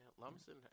Lumsden